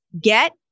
get